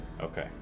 Okay